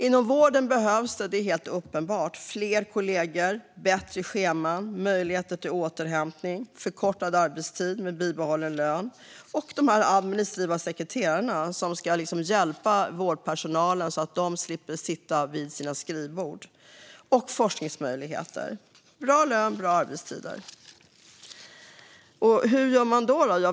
Det är helt uppenbart att det inom vården behövs fler utbildade kollegor, bättre scheman med möjlighet till återhämtning och förkortad arbetstid med bibehållen lön. De administrativa sekreterarna ska hjälpa vårdpersonalen så att de slipper sitta vid skrivborden. Vidare ska det finnas forskningsmöjligheter, bra lön och bra arbetstider. Hur gör man då?